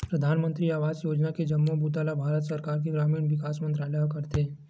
परधानमंतरी आवास योजना के जम्मो बूता ल भारत सरकार के ग्रामीण विकास मंतरालय ह करथे